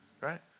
Right